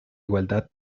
igualdad